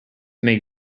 make